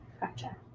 Gotcha